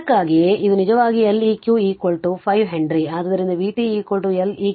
ಅದಕ್ಕಾಗಿಯೇ ಇದು ನಿಜವಾಗಿ L eq ಈ 5 ಹೆನ್ರಿ